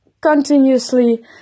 continuously